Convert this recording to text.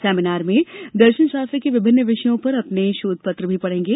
seminar में दर्शन शास्त्र के विभिन्न विषयों पर अपने शोधपत्र भी पढेंगे